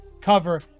cover